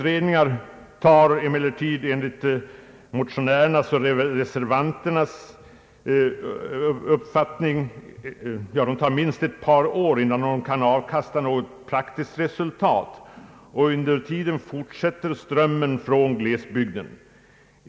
Det tar emellertid minst ett par år innan dessa utredningar kan avkasta något praktiskt resultat. Under tiden fortsätter strömmen från glesbygden.